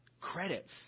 credits